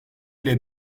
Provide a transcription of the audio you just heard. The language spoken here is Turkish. ile